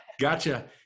gotcha